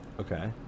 okay